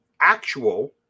actual